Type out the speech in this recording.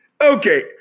Okay